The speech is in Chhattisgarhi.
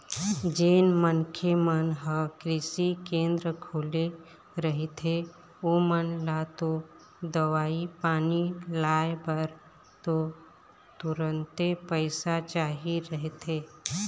जेन मनखे मन ह कृषि केंद्र खोले रहिथे ओमन ल तो दवई पानी लाय बर तो तुरते पइसा चाही रहिथे